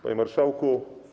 Panie Marszałku!